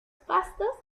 pastos